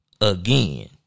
Again